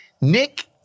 Nick